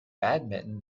badminton